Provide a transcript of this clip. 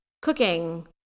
cooking